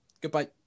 Goodbye